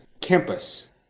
campus